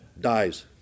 dies